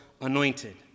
anointed